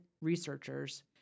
researchers